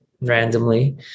randomly